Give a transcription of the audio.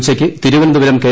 ഉച്ചയ്ക്ക് തിരുവനന്തപുരം കെ